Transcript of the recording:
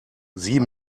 sie